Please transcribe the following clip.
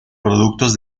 productos